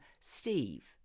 Steve